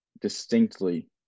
distinctly